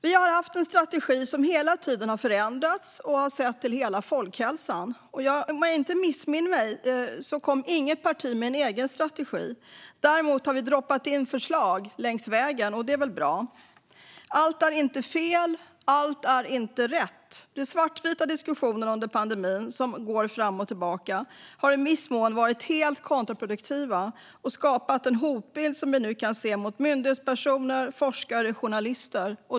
Vi har haft en strategi som hela tiden har förändrats och har sett till hela folkhälsan. Om jag inte missminner mig kom inget parti med en egen strategi. Däremot har vi droppat in förslag längs vägen, och det är väl bra. Allt är inte fel. Allt är inte rätt. De svartvita diskussioner som gått fram och tillbaka under pandemin har i viss mån varit helt kontraproduktiva och skapat en hotbild som vi nu kan se mot myndighetspersoner, forskare och journalister.